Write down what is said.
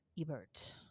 ebert